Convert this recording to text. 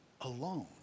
alone